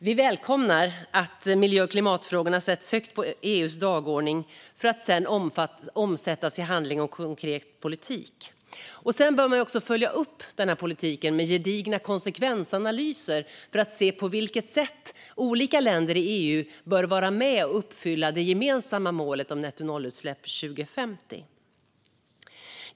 Vi välkomnar att miljö och klimatfrågorna sätts högt på EU:s dagordning för att sedan omsättas i handling och konkret politik. Sedan bör man följa upp denna politik med gedigna konsekvensanalyser för att se på vilket sätt olika länder i EU bör vara med och uppfylla det gemensamma målet om nettonollutsläpp 2050.